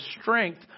strength